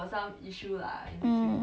mm